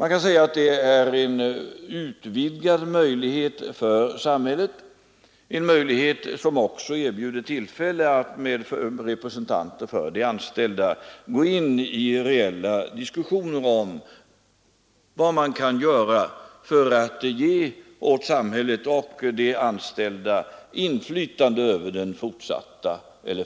Man kan säga att det är en utvidgad möjlighet för samhället, en möjlighet som också erbjuder tillfälle att med representanter för de anställda gå in i reella diskussioner om vad man kan göra för att ge samhället och de anställda inflytande över den